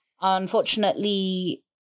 Unfortunately